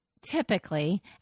typically